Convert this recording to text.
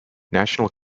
national